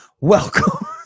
welcome